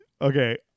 okay